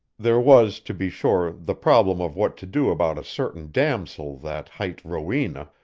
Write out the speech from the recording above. there was, to be sure, the problem of what to do about a certain damosel that hight rowena,